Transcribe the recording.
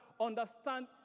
Understand